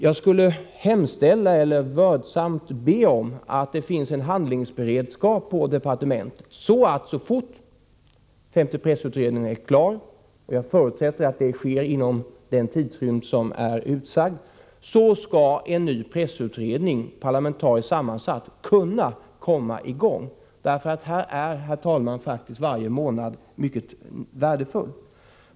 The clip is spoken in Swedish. Jag skulle vilja hemställa eller vördsamt be om att det finns en handlingsberedskap på departementet, så att en ny pressutredning, parlamentariskt sammansatt, kan komma i gång så fort femte pressutredningen är klar, och jag förutsätter att så blir fallet inom den tid som är angiven. Det är nämligen så, herr talman, att varje månad är värdefull.